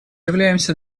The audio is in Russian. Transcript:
являемся